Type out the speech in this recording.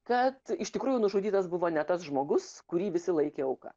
kad iš tikrųjų nužudytas buvo ne tas žmogus kurį visi laikė auka